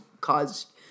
caused